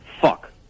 Fuck